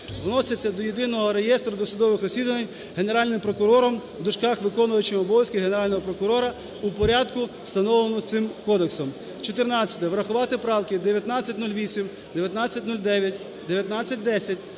вносяться до Єдиного реєстру досудових розслідувань Генеральним прокурором "виконувачем обов'язків Генерального прокурора) у порядку, встановленому цим кодексом". Чотирнадцяте. Врахувати правки 1908, 1909, 1910,